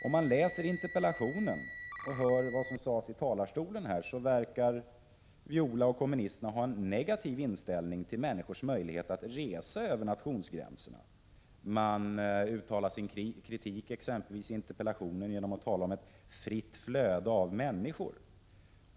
När man läser interpellationen och hör vad som sades i talarstolen verkar det som om Viola Claesson och kommunisterna har en negativ inställning till människors möjligheter att resa över nationsgränserna. De uttalar sin kritik exempelvis genom att i interpellationen tala om ett fritt flöde av människor.